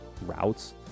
routes